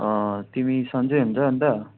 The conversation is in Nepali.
तिमी सन्चै हुन्छ अन्त